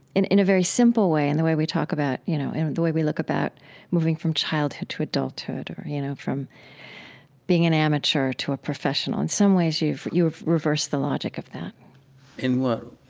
in in a very simple way in the way we talk about, you know, in the way we look about moving from childhood to adulthood or you know from being an amateur to a professional. in some ways you've you've reversed the logic of that in what